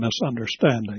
misunderstanding